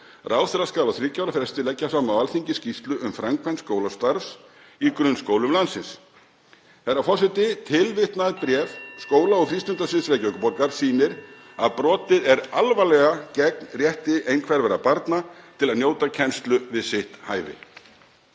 Ráðherra skal á þriggja ára fresti leggja fram á Alþingi skýrslu um framkvæmd skólastarfs í grunnskólum landsins. Herra forseti. Tilvitnað bréf skóla- og frístundasviðs Reykjavíkurborgar sýnir að brotið er alvarlega gegn rétti einhverfra barna til að njóta kennslu við sitt hæfi.